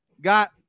got